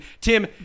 Tim